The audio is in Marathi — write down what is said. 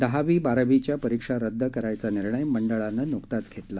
दहावी बारावीच्या परीक्षा रद्द करण्याचा निर्णय मंडळानं नुकताच घेतला